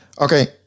Okay